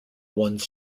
ones